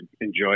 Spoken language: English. enjoy